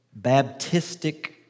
baptistic